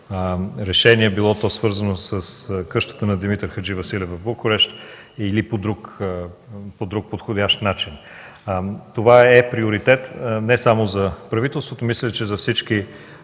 решение, било то свързано с къщата на Димитър Хадживасилев в Букурещ или по друг подходящ начин. Това е приоритет не само за правителството, но и за всички